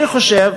אני חושב